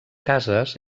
cases